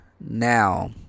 now